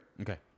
Okay